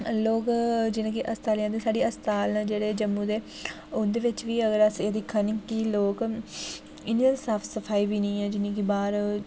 लोक जेह्डे़ कि अस्ताल जंदे साढे़ अस्ताल न जेह्डे़ जम्मू दे उं'दे बिच बी अगर अस एह् दिक्खा ने के लोक इ'यां ते साफ सफाई बी निं ऐ जि'न्नी कि बाह्र